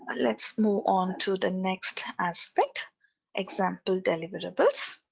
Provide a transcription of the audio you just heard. ah let's move on to the next aspect example deliverables.